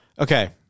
Okay